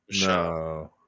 No